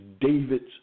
David's